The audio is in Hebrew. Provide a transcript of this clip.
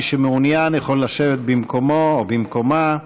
מי שמעוניין יכול לשבת במקומו או במקומה.